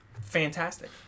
fantastic